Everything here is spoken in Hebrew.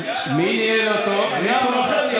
היה דיון נאה, דוד, היה דיון נאה.